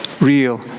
Real